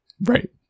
right